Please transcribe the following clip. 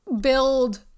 build